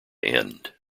end